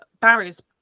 barriers